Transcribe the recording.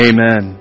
Amen